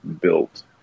built